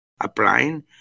applying